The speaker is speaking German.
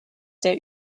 der